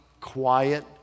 quiet